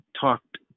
talked